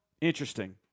Interesting